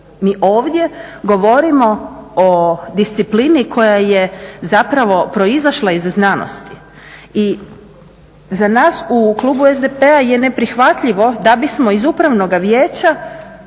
Mi ovdje govorimo o disciplini koja je proizašla iz znanosti i za nas u klubu SDP-a je neprihvatljivo da bismo iz upravnoga vijeća